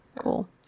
Cool